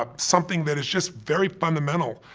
ah something that is just very fundamental,